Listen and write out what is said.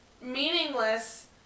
meaningless